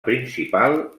principal